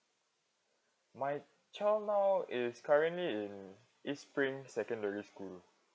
my child now is currently in east spring secondary school